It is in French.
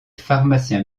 pharmacien